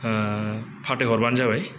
फाथायहरबानो जाबाय